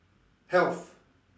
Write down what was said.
health